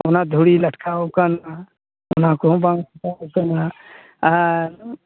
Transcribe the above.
ᱚᱱᱟ ᱫᱷᱩᱲᱤ ᱞᱟᱴᱠᱟᱣ ᱟᱠᱟᱱᱟ ᱚᱱᱟ ᱠᱚᱦᱚᱸ ᱵᱟᱝ ᱥᱟᱯᱷᱟ ᱟᱠᱟᱱᱟ ᱟᱨ